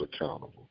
accountable